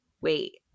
wait